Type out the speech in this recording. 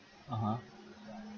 (uh huh)